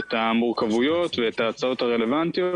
את המורכבויות ואת ההצעות הרלוונטיות,